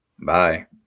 Bye